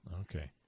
Okay